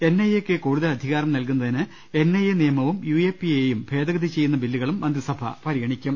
N I എയ്ക്ക് കൂടുതൽ അധികാരം നൽകുന്ന തിന് എൻ ഐ എ നിയമവും യു എ പി എയും ഭേദഗ്തി ചെയ്യുന്ന ബില്ലുകളും മന്ത്രിസഭ പരിഗണിക്കും